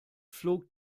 flog